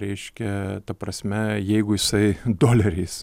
reiškia ta prasme jeigu jisai doleriais